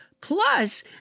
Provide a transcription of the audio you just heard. Plus